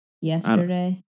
Yesterday